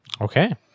Okay